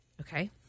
Okay